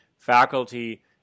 faculty